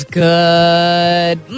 good